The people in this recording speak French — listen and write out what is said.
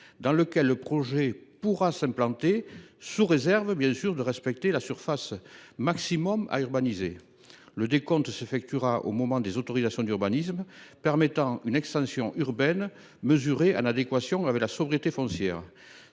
dans lequel le projet pourra s’implanter sous réserve, bien entendu, de respecter la surface maximale permise. Le décompte s’effectuera au moment des autorisations d’urbanisme, permettant une extension urbaine mesurée en adéquation avec la sobriété foncière.